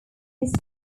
used